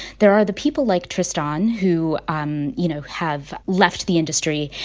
there are the people like tristan who, um you know, have left the industry,